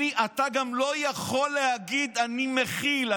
אתה גם לא יכול להגיד: אני מכיל.